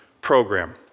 program